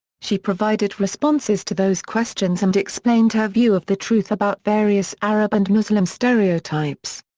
she provided responses to those questions and explained her view of the truth about various arab and muslim stereotypes.